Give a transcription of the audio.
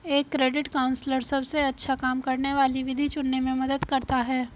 एक credit counsellor सबसे अच्छा काम करने वाली विधि चुनने में मदद करता है